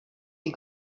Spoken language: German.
die